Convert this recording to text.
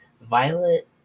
Violet